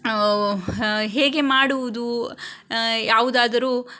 ಹೇಗೆ ಮಾಡುವುದು ಯಾವುದಾದರೂ